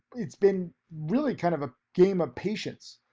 it's been really kind of a game of patience.